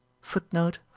Footnote